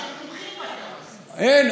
שהם תומכים, אין.